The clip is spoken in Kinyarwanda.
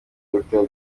erectile